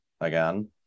again